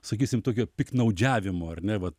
sakysim tokio piktnaudžiavimo ar ne va